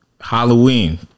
Halloween